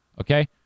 Okay